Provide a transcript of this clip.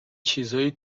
چیزایی